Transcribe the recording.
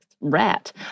Rat